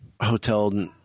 hotel